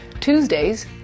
Tuesdays